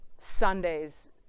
Sundays